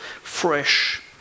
fresh